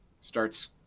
starts